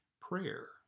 prayer